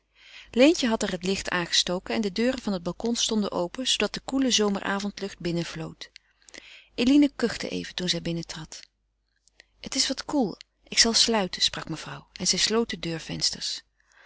leentje had er het licht aangestoken en de deuren van het balcon stonden open zoodat de koele zomeravondlucht binnenvlood eline kuchte even toen zij binnentrad het is wat koel ik zal sluiten sprak mevrouw en zij sloot de deurvensters